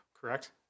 Correct